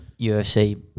UFC